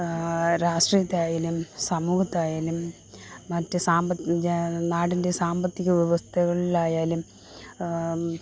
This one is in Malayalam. രാഷ്ട്രീയത്തെ ആയാലും സമൂഹത്തായാലും മറ്റ് സാമ്പ നാടിൻ്റെ സാമ്പത്തിക വ്യവസ്ഥകളിലായാലും